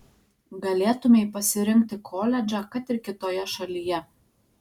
galėtumei pasirinkti koledžą kad ir kitoje šalyje